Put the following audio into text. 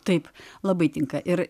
taip labai tinka ir